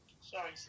Sorry